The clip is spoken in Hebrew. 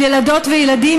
על ילדות וילדים,